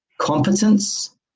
competence